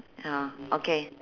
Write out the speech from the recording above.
ya okay